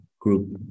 group